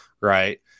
right